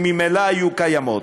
שממילא היו קיימות.